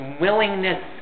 willingness